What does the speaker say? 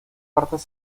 partes